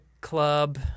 club